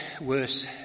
worse